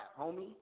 homie